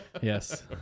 Yes